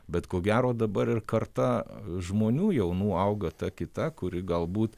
bet ko gero dabar ir karta žmonių jaunų auga ta kita kuri galbūt